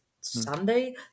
Sunday